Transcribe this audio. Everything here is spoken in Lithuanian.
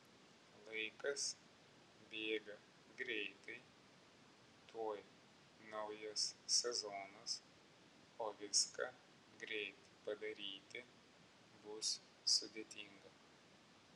laikas bėga greitai tuoj naujas sezonas o viską greit padaryti bus sudėtinga